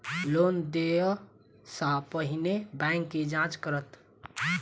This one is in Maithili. लोन देय सा पहिने बैंक की जाँच करत?